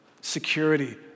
security